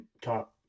top